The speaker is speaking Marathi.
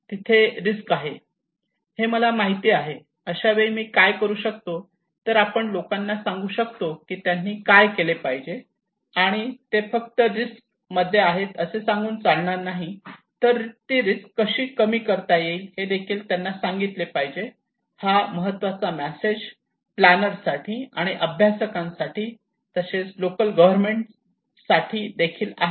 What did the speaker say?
तिथे रिस्क आहे हे मला माहित आहे अशावेळी मी काय करू शकतो तर आपण लोकांना सांगू शकतो की त्यांनी काय केले पाहिजे आणि ते फक्त रिस्क मध्ये आहे असे सांगून चालणार नाही तर ती रिस्क कशी कमी करता येईल हे देखील त्यांना सांगितले पाहिजे आणि हा महत्त्वाचा मेसेज प्लॅनर साठी आणि अभ्यासकांसाठी आणि तसेच लोकल गव्हर्मेंट साठी देखील आहे